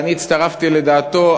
ואני הצטרפתי לדעתו,